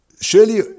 Surely